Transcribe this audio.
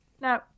No